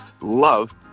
love